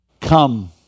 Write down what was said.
Come